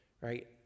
right